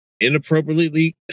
inappropriately